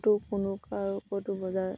তো কোনো কাৰো ক'তো বজাৰ